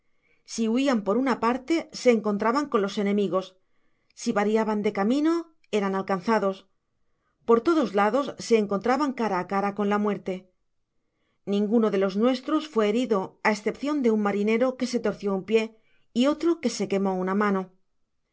si huian por una parte se encentraban con los enemigos si variaban de camino eran alcanzados por iodos lados se encontraban cara á cara con la muerte ninguno de los nuestros fué herido á escepcion de un marinero que se torció un pio y otro que se quemó una mano